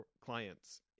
clients